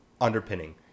underpinning